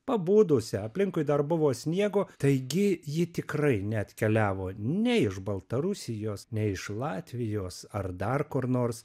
pabudusią aplinkui dar buvo sniego taigi ji tikrai neatkeliavo nei iš baltarusijos nei iš latvijos ar dar kur nors